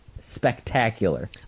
spectacular